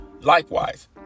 likewise